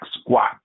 squat